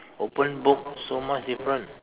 open book so much different